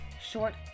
short